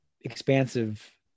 expansive